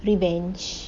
revenge